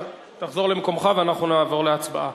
תחזור למקומך ואנחנו נעבור להצבעה.